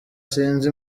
sinzi